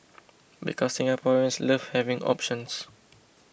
because Singaporeans love having options